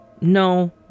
No